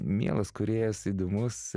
mielas kūrėjas įdomus